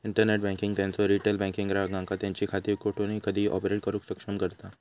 internet banking त्यांचो retail banking ग्राहकांका त्यांची खाती कोठूनही कधीही ऑपरेट करुक सक्षम करता